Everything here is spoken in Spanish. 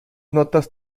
notas